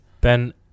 Ben